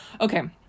Okay